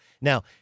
Now